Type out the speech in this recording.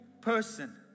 person